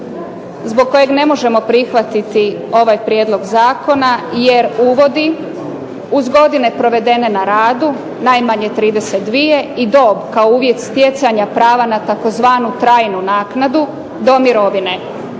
zbog kojeg ne možemo prihvatiti ovaj prijedlog zakona, jer uvodi uz godine provedene na radu, najmanje 32 i dob kao uvjet stjecanja prava na tzv. trajnu naknadu do mirovine,